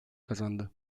kazandı